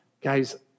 guys